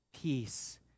peace